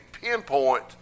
pinpoint